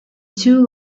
two